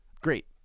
Great